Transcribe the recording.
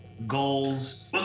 Goals